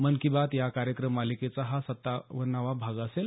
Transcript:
मन की बात या कार्यक्रम मालिकेचा हा सत्तावन्नावा भाग असेल